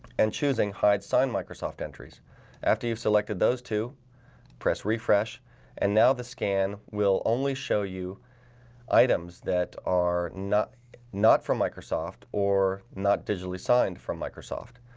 and choosing hide sign microsoft entries after you've selected those to press refresh and now the scan we'll only show you items that are not not from microsoft or not digitally signed from microsoft.